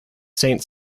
saint